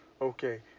Okay